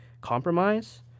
compromise